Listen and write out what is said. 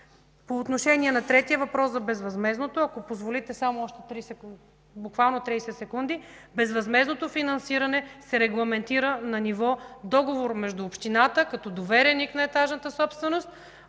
дава сигнал, че времето е изтекло), ако позволите само още 30 секунди – безвъзмездното финансиране се регламентира на ниво договор между общината, като довереник на етажната собственост,